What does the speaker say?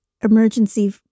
emergency